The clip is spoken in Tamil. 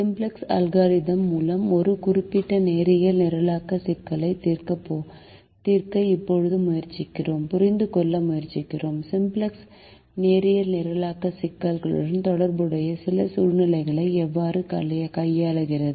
சிம்ப்ளக்ஸ் அல்காரிதம் மூலம் ஒரு குறிப்பிட்ட நேரியல் நிரலாக்க சிக்கலை தீர்க்க இப்போது முயற்சிக்கிறோம் புரிந்துகொள்ள முயற்சிக்கிறோம் சிம்ப்ளக்ஸ் நேரியல் நிரலாக்க சிக்கலுடன் தொடர்புடைய சில சூழ்நிலைகளை எவ்வாறு கையாளுகிறது